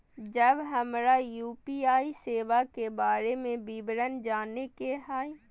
जब हमरा यू.पी.आई सेवा के बारे में विवरण जाने के हाय?